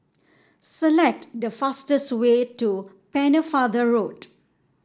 select the fastest way to Pennefather Road